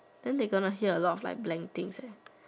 then they gonna hear a lot of like blank things eh